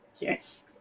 Yes